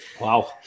Wow